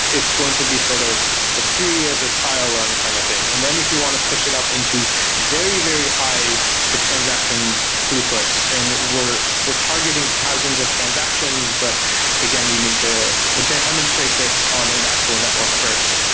it's going to be sort of free as a trial run kind of thing. and then if you want to push it up into very, very high but transaction throughputs, and we're we're targeting thousands of transactions, but again we need to demonstrate this on an actual network first,